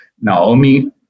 Naomi